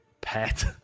pet